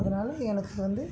அதனால் எனக்கு வந்து